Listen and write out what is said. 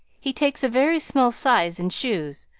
he takes a very small size in shoes,